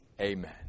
amen